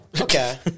Okay